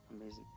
amazing